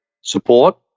support